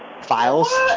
Files